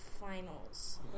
finals